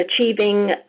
achieving